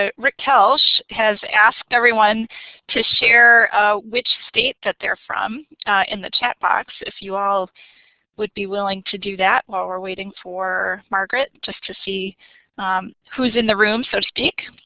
ah rick kelsh has asked everyone to share which state that they're from in the chat box if you all would be willing to do that while we are waiting for margaret, just to see who is in the room so to speak.